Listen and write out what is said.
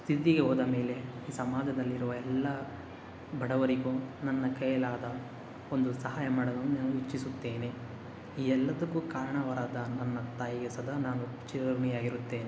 ಸ್ಥಿತಿಗೆ ಹೋದ ಮೇಲೆ ಸಮಾಜದಲ್ಲಿ ಇರುವ ಎಲ್ಲ ಬಡವರಿಗೂ ನನ್ನ ಕೈಯಲ್ಲಾದ ಒಂದು ಸಹಾಯ ಮಾಡಲು ನಾನು ಇಚ್ಛಿಸುತ್ತೇನೆ ಈ ಎಲ್ಲದಕ್ಕೂ ಕಾರಣವಾದ ನನ್ನ ತಾಯಿಗೆ ಸದಾ ನಾನು ಚಿರಋಣಿಯಾಗಿರುತ್ತೇನೆ